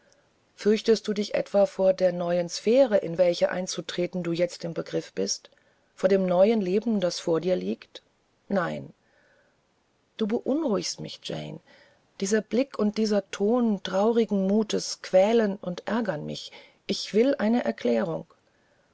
fürchtest du dich etwa vor der neuen sphäre in welche einzutreten du jetzt im begriff bist vor dem neuen leben das vor dir liegt nein du beunruhigst mich jane dieser blick und dieser ton traurigen mutes quälen und ärgern mich ich will eine erklärung